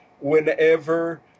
whenever